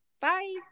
Bye